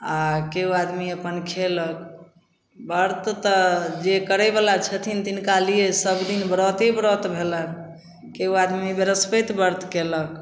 आओर केओ आदमी अपन खएलक वर्त तऽ जे करैवला छथिन तिनकालिए सबदिन व्रते व्रत भेलनि केओ आदमी ब्रहस्पति वर्त कएलक